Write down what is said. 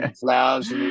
flowers